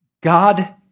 God